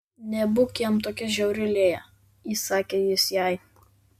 nebūk jam tokia žiauri lėja įsakė jis jai